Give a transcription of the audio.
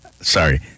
Sorry